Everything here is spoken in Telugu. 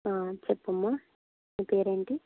చెప్పమ్మ నీ పేరేంటి